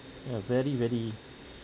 ya very very